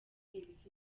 ibisubizo